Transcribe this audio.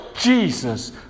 Jesus